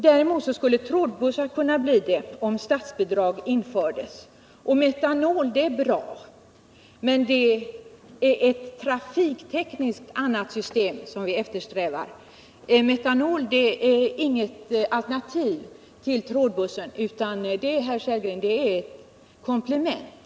Däremot skulle trådbussar kunna bli det, om statsbidrag härför infördes. Metanol är bra, men det är ett trafiktekniskt annat system vi eftersträvar. Metanol är inget alternativ till trådbussar, herr Sellgren, utan ett komplement.